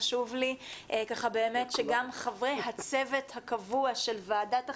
חשוב לי שגם חברי הצוות הקבוע של ועדת החינוך,